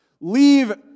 Leave